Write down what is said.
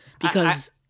because-